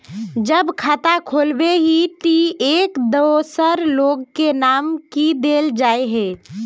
जब खाता खोलबे ही टी एक दोसर लोग के नाम की देल जाए है?